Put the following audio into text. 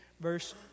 verse